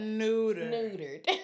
neutered